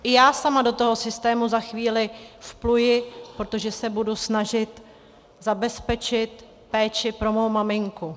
I já sama do toho systému za chvíli vpluji, protože se budu snažit zabezpečit péči pro mou maminku.